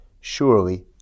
surely